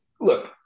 Look